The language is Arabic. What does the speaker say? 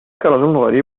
رجل